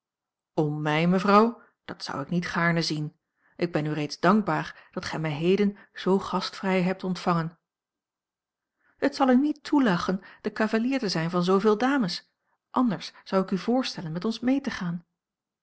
om mij mevrouw dat zou ik niet gaarne zien ik ben u reeds dankbaar dat gij mij heden zoo gastvrij hebt ontvangen het zal u niet toelachen de cavalier te zijn van zooveel dames anders zou ik u voorstellen met ons mee te gaan